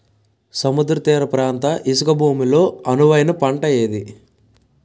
సముద్ర తీర ప్రాంత ఇసుక భూమి లో అనువైన పంట ఏది?